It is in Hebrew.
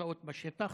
תוצאות בשטח.